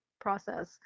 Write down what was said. process